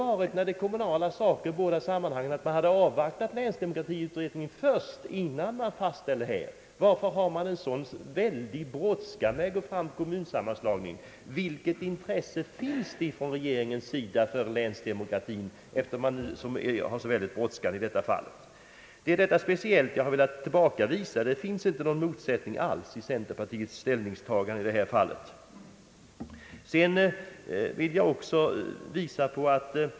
Eftersom det är kommunala angelägenheter i båda sammanhangen borde man ha avvaktat länsdemokratiutredningen innan man tog itu med kommunsammanläggningen. Varför är det en sådan brådska med att få fram kommunsammanslagningen? Hur stort intresse har regeringen för länsdemokratin? Jag har velat tillbakavisa talet om en motsättning i centerpartiets ställningstagande i det här fallet. Någon sådan finns inte.